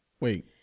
Wait